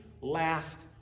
last